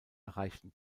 erreichten